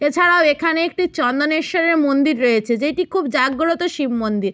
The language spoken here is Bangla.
এছাড়াও এখানে একটি চন্দনেশ্বরের মন্দির রয়েছে যেটি খুব জাগ্রত শিব মন্দির